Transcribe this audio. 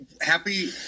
happy